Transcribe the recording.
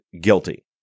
guilty